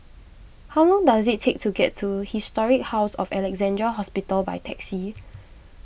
how long does it take to get to Historic House of Alexandra Hospital by taxi